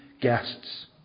guests